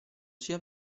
sia